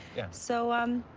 yeah. so, um